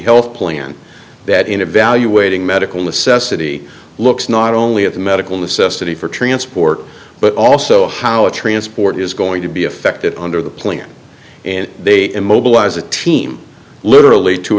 health plan that in evaluating medical necessity looks not only at the medical necessity for transport but also how the transport is going to be affected under the plan and they immobilize a team literally to